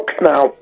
now